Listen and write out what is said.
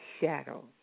shadow